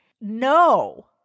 No